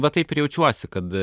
va taip ir jaučiuosi kad